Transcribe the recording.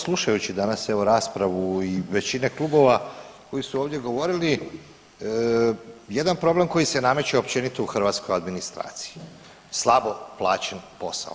Slušajući danas evo raspravu i većine klubova koji su ovdje govorili jedan problem koji se nameće općenito u hrvatskoj administraciji, slabo plaćen posao.